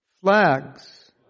Flags